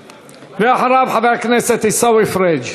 ואחריו, חבר הכנסת עיסאווי פריג'.